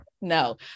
no